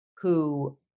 who-